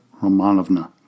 Romanovna